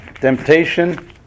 temptation